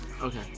Okay